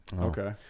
Okay